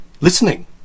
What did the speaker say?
listening